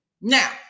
Now